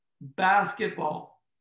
basketball